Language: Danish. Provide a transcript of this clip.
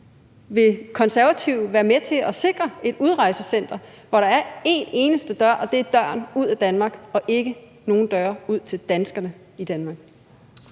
Vil Konservative være med til at sikre et udrejsecenter, hvor der er en eneste dør, og det er døren ud af Danmark og ikke nogen døre ud til danskerne i Danmark?